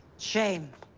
shame,